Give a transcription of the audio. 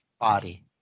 body